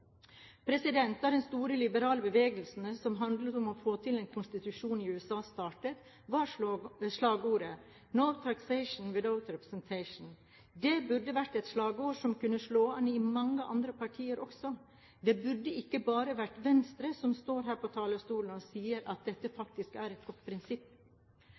Da den store liberale bevegelsen, som handlet om å få til en konstitusjon i USA, startet, var slagordet «no taxation without representation». Det burde vært et slagord som kunne slå an i mange andre partier også. Det burde ikke bare være Venstre som står her på talerstolen og sier at dette faktisk er et godt prinsipp.